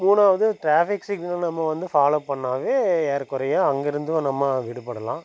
மூணாவது traffics signal வந்து நம்ம ஃபாலோவ் பண்ணிணாவே ஏறக்குறைய அங்கேருந்தும் நம்ம விடுபடலாம்